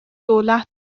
دولت